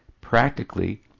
practically